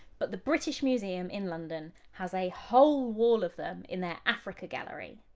but the british museum in london has a whole wall of them in their africa gallery.